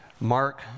Mark